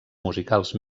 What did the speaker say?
musicals